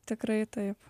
tikrai taip